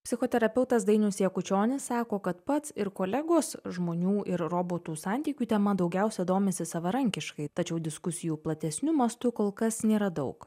psichoterapeutas dainius jakučionis sako kad pats ir kolegos žmonių ir robotų santykių tema daugiausia domisi savarankiškai tačiau diskusijų platesniu mastu kol kas nėra daug